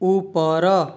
ଉପର